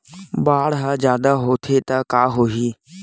बाढ़ ह जादा होथे त का होही?